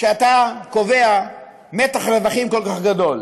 כשאתה קובע מתח רווחים כל כך גדול?